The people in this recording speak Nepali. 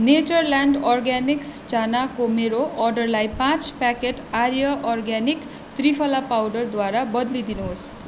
नेचरल्यान्ड अर्गानिक्स चानाको मेरो अर्डरलाई पाँच प्याकेट आर्य अर्ग्यानिक त्रिफला पाउडरद्वारा बदलिदिनुहोस्